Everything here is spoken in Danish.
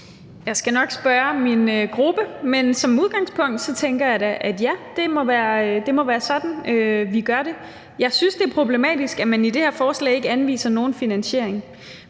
Jeg skal nok spørge min gruppe, men som udgangspunkt tænker jeg da, at ja, det må være sådan, vi gør det. Jeg synes, det er problematisk, at man i det her forslag ikke anviser nogen finansiering,